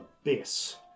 abyss